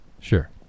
Sure